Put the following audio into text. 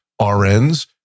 RNs